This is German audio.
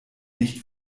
nicht